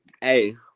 Hey